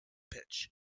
pitch